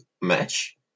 match